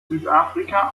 südafrika